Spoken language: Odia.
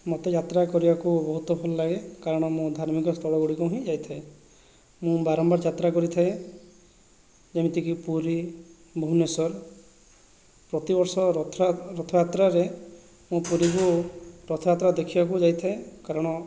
ମୋତେ ଯାତ୍ରା କରିବାକୁ ବହୁତ ଭଲ ଲାଗେ କାରଣ ମୁଁ ଧାର୍ମିକସ୍ଥଳ ଗୁଡ଼ିକୁ ହିଁ ଯାଇଥାଏ ମୁଁ ବାରମ୍ବାର ଯାତ୍ରା କରିଥାଏ ଯେମିତି କି ପୁରୀ ଭୁବନେଶ୍ୱର ପ୍ରତିବର୍ଷ ରଥ ରଥଯାତ୍ରାରେ ମୁଁ ପୁରୀରୁ ରଥଯାତ୍ରା ଦେଖିବାକୁ ଯାଇଥାଏ କାରଣ